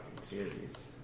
series